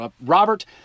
Robert